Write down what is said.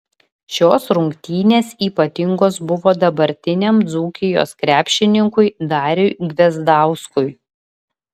šios rungtynės ypatingos buvo dabartiniam dzūkijos krepšininkui dariui gvezdauskui